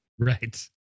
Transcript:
Right